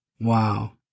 Wow